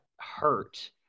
hurt